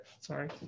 Sorry